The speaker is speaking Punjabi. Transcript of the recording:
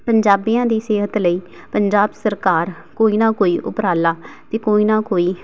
ਪੰਜਾਬੀਆਂ ਦੀ ਸਿਹਤ ਲਈ ਪੰਜਾਬ ਸਰਕਾਰ ਕੋਈ ਨਾ ਕੋਈ ਉਪਰਾਲਾ ਅਤੇ ਕੋਈ ਨਾ ਕੋਈ